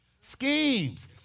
Schemes